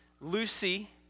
Lucy